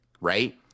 right